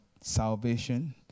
salvation